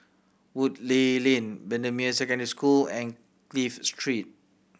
Woodleigh Lane Bendemeer Secondary School and Clive Street